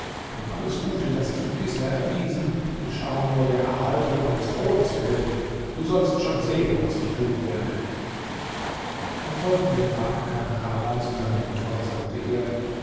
denn alles gute das ich ihm bisher erwiesen geschah nur der erhaltung meines thrones willen du sollst schon sehen was ich tun werde am folgenden tag kam kana zu seiner mutter und sagte ihr